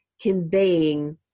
conveying